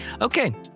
Okay